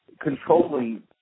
controlling